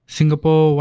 Singapore